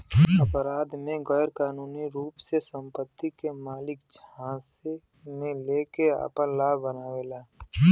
अपराध में गैरकानूनी रूप से संपत्ति के मालिक झांसे में लेके आपन लाभ बनावेला